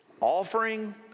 offering